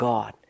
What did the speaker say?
God